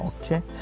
okay